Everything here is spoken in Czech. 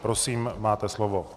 Prosím, máte slovo.